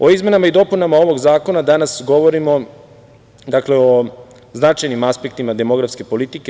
O izmenama i dopunama ovog zakona danas govorimo o značajnim aspektima demografske politike.